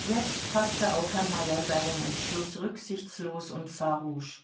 jetzt faßte auch herr meyer seinen entschluß rücksichtslos und farusch